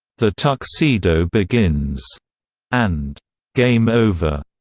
the tuxedo begins and game over.